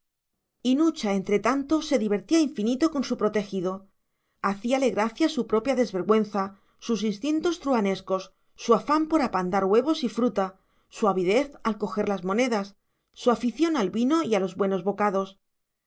y nucha entretanto se divertía infinito con su protegido hacíale gracia su propia desvergüenza sus instintos truhanescos su afán por apandar huevos y fruta su avidez al coger las monedas su afición al vino y a los buenos bocados